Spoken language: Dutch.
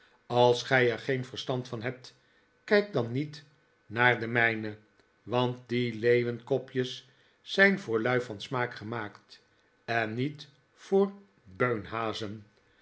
als gij er geen verstand van hebt kijk dan niet naar de mijne want die leeuwenkopjes zijn voor lui van smaak gemaakt en niet voor beunhazen